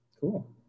Cool